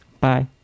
Bye